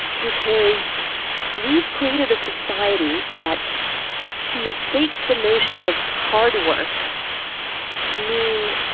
because we've created a society that mistakes the notion of hard work to mean,